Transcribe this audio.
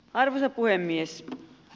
arvoisa puhemies